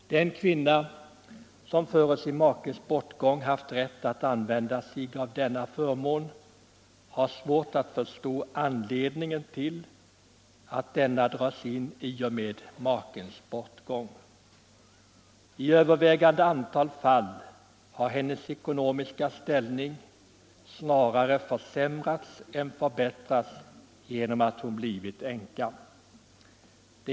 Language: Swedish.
Den kvinna som före sin makes bortgång haft rätt att använda sig av denna förmån har svårt att förstå anledningen till att denna dras in i och med makens bortgång. I övervägande antal fall har hennes ekonomiska ställning snarare försämrats än förbättrats genom att hon blivit änka.